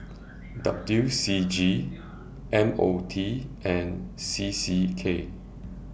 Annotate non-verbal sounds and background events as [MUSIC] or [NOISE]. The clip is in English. [NOISE] W C G M O T and C C K